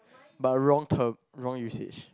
but wrong term wrong usage